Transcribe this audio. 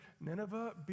Nineveh